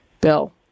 Bill